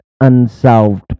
unsolved